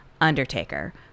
undertaker